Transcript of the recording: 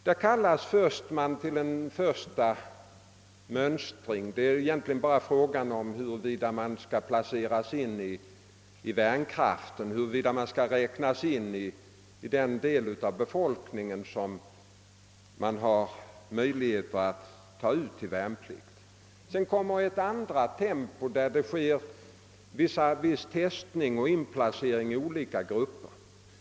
Man kallas till en första mönstring, då det egentligen bara är fråga om huruvida man skall placeras in i värnkraften, d.v.s. om man skall räknas till den del av befolkningen som kan tas ut till värnpliktstjänstgöring. Sedan kommer ett andra tempo, vari det sker en viss testning och inplacering i olika grupper.